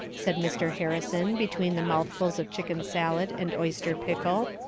said mr. harrison, between the mouthfuls of chicken salad and oyster pickle.